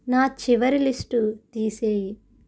నా చివరి లిస్టు తీసేయి